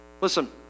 Listen